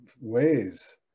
ways